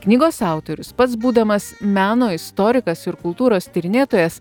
knygos autorius pats būdamas meno istorikas ir kultūros tyrinėtojas